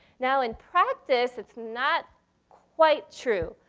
now in practice, it's not quite true.